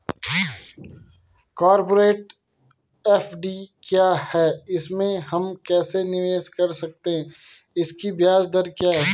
Corporate FD क्या है इसमें हम कैसे निवेश कर सकते हैं इसकी ब्याज दर क्या है?